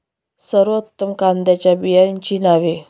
सर्वोत्तम कांद्यांच्या बियाण्यांची नावे?